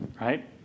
right